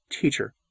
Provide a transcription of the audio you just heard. teacher